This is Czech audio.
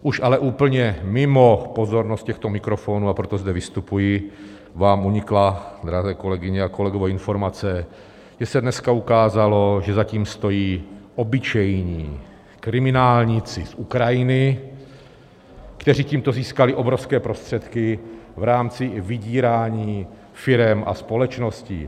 Už ale úplně mimo pozornost těchto mikrofonů a proto zde vystupuji vám unikla, drahé kolegyně a kolegové, informace, že se dneska ukázalo, že za tím stojí obyčejní kriminálníci z Ukrajiny, kteří tímto získali obrovské prostředky i v rámci vydírání firem a společností.